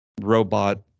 robot